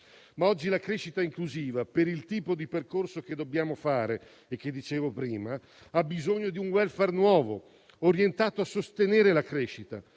Oggi la crescita inclusiva, per il tipo di percorso che dobbiamo fare e di cui ho detto prima, ha bisogno di un *welfare* nuovo orientato a sostenere la crescita.